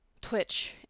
twitch